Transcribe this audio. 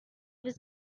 was